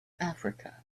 africa